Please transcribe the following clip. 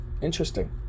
Interesting